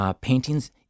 paintings